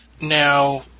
Now